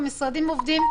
המשרדים עובדים,